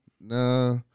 Nah